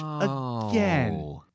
again